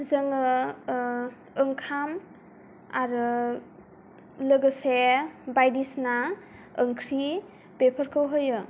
जोङो ओंखाम आरो लोगोसे बायदिसिना ओंख्रि बेफोरखौ होयो